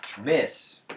Miss